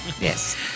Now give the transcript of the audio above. Yes